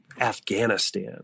Afghanistan